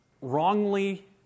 wrongly